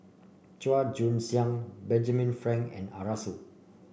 Chua Joon Siang Benjamin Frank and Arasu